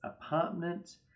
apartment